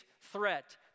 threat